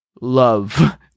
love